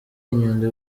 inyundo